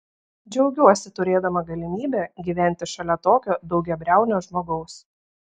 džiaugiuosi turėdama galimybę gyventi šalia tokio daugiabriaunio žmogaus